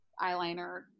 eyeliner